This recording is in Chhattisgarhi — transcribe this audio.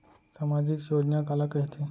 सामाजिक योजना काला कहिथे?